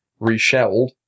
reshelled